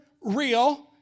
real